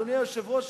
אדוני היושב-ראש,